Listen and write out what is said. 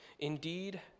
Indeed